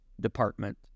department